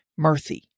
Murthy